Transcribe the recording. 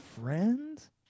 friends